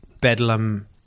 bedlam